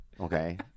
Okay